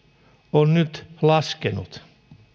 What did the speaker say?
on nyt laskenut